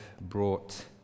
brought